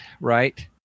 Right